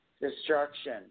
destruction